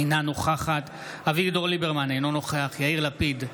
אינה נוכחת אביגדור ליברמן, אינו נוכח יאיר לפיד,